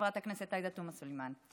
הכנסת עאידה תומא סלימאן.